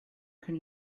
can